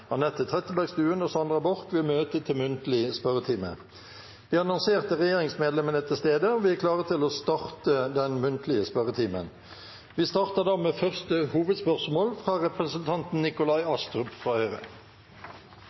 Anette Trettebergstuen og Sandra Borch vil møte til muntlig spørretime. De annonserte regjeringsmedlemmene er til stede, og vi er klare til å starte den muntlige spørretimen. Vi starter da med første hovedspørsmål, fra representanten Nikolai Astrup.